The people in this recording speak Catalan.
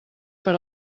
per